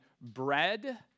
bread